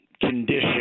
condition